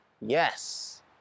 Yes